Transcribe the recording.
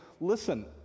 listen